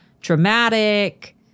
dramatic